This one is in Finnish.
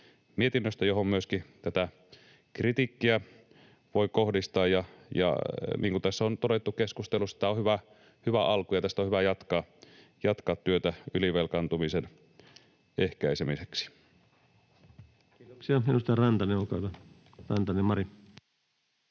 mietinnöstä, johon myöskin tätä kritiikkiä voi kohdistaa. Ja niin kuin tässä on todettu keskustelussa, tämä on hyvä alku ja tästä on hyvä jatkaa työtä ylivelkaantumisen ehkäisemiseksi. Kiitoksia. — Edustaja Rantanen, Mari, olkaa hyvä. Arvoisa